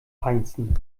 feinsten